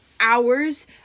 hours